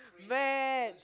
mad